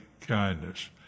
kindness